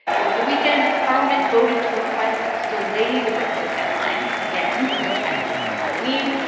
over the weekend, parliament voted to request to delay the brexit deadline again, which had been set for halloween.